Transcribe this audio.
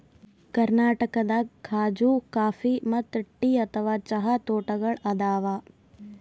ಕರ್ನಾಟಕದಾಗ್ ಖಾಜೂ ಕಾಫಿ ಮತ್ತ್ ಟೀ ಅಥವಾ ಚಹಾ ತೋಟಗೋಳ್ ಅದಾವ